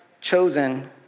chosen